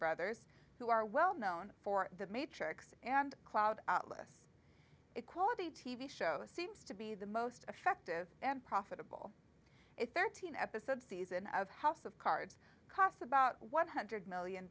brothers who are well known for the matrix and cloud atlas equality t v show seems to be the most effective and profitable if thirteen episode season of house of cards costs about one hundred million